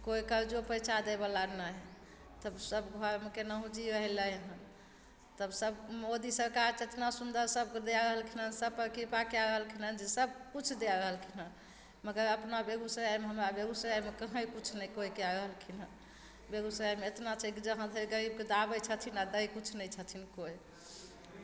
कोइ करजो पैञ्चा दैवला नहि तब सब घरमे केनाहू जी रहलय हँ तब सब मोदी सरकार जतना सुन्दर सबके दए रहलखिन हँ सबपर कृपा कए रहलखिन हँ जे सब किछु दए रहलखिन हँ मगर अपना बेगूसरायमे हमरा बेगूसरायमे कहीं किछु नहि कोइ कए रहलखिन हँ बेगूसरायमे एतना छै कि जहाँ धरि गरीबके दाबय छथिन आओर दै किछु नहि छथिन कोइ